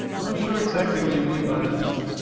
not sure exactly what you mean by that,